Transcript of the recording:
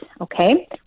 Okay